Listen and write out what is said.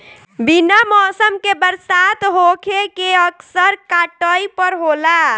बिना मौसम के बरसात होखे के असर काटई पर होला